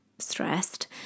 stressed